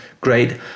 great